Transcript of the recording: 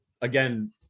again